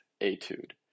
Etude